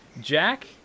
Jack